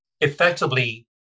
effectively